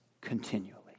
Continually